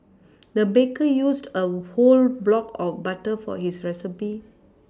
the baker used a whole block of butter for this recipe